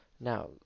Now